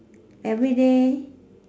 everyday